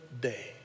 day